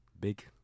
big